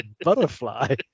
butterfly